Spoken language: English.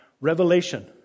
revelation